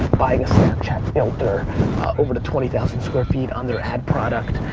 buying a snapchat filter over to twenty thousand square feet on their ad product.